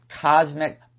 cosmic